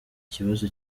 kibazo